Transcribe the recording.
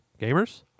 Gamers